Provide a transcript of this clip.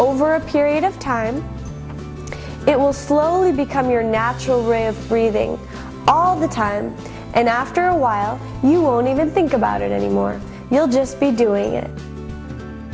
over a period of time it will slowly become your natural ring of breathing all the time and after a while you won't even think about it anymore you'll just be doing it